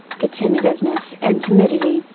the tentativeness and timidity,